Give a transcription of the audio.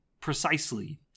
precisely